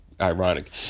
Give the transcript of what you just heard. ironic